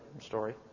story